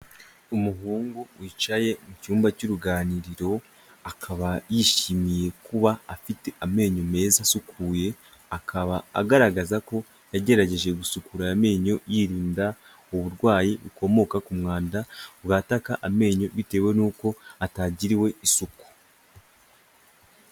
Umuhungu wicaye mu cyumba cy'uruganiriro akaba yishimiye kuba afite amenyo meza asukuye, akaba agaragaza ko yagerageje gusukura aya amenyo yirinda uburwayi bukomoka ku mwanda bwataka amenyo bitewe nuko atagiriwe isuku.